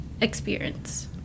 experience